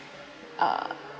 uh